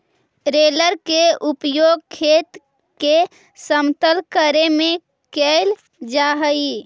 roller के उपयोग खेत के समतल करे में कैल जा हई